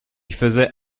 faisait